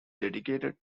dedicated